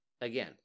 again